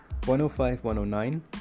105-109